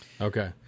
Okay